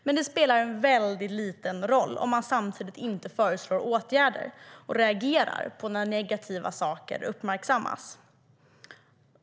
Men det spelar liten roll om man samtidigt inte föreslår åtgärder och reagerar när negativa saker uppmärksammas.